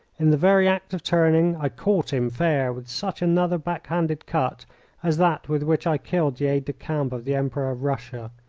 in the very act of turning i caught him fair with such another back-handed cut as that with which i killed the aide-de-camp of the emperor of russia.